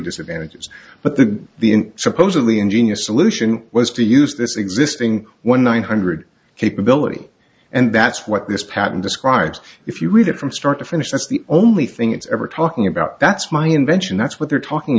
disadvantages but the the supposedly ingenious solution was to use this existing one nine hundred capability and that's what this patent describes if you read it from start to finish that's the only thing it's ever talking about that's my invention that's what they're talking